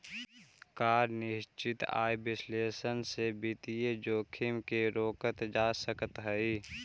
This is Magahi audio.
का निश्चित आय विश्लेषण से वित्तीय जोखिम के रोकल जा सकऽ हइ?